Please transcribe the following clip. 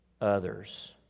others